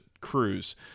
cruise